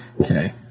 Okay